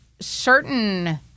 certain